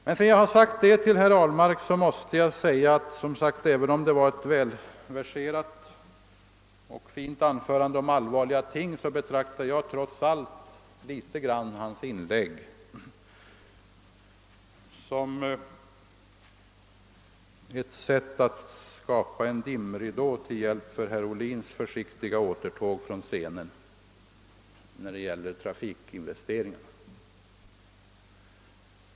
Men även om herr Ahlmark som sagt talade om allvarliga ting betraktar jag trots allt hans inlägg som ett sätt att skapa en dimridå till hjälp för herr Ohlins försiktiga återtåg från scenen när det gäller trafikinvesteringarna.